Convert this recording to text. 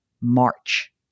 March